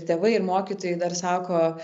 tėvai ir mokytojai dar sako